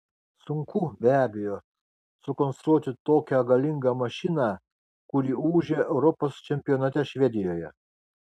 sunku be abejo sukonstruoti tokią galingą mašiną kuri ūžė europos čempionate švedijoje